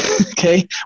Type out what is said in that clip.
Okay